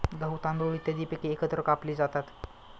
गहू, तांदूळ इत्यादी पिके एकत्र कापली जातात